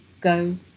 go